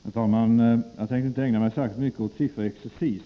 Herr talman! Jag tänker inte ägna mig särskilt mycket åt sifferexercis.